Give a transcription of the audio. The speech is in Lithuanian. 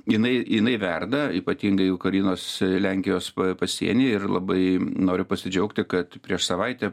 jinai jinai verda ypatingai ukrainos lenkijos pa pasieny ir labai noriu pasidžiaugti kad prieš savaitę